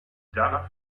danach